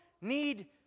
need